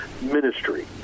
ministry